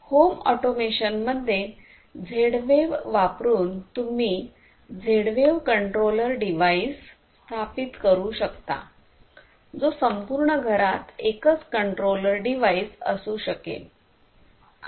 home automation मध्ये Z wave वापरून तुम्ही झेड वेव्ह कंट्रोलर डिवाइस स्थापित करू शकता जो संपूर्ण घरात एकच कंट्रोलर डिवाइस असू शकेल